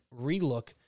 relook